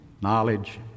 knowledge